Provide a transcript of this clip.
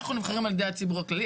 אנחנו נבחרים על ידי הציבור הכללי,